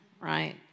right